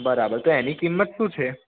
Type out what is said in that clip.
બરાબર તો એની કિંમત શું છે